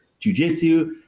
jujitsu